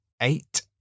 eight